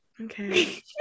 Okay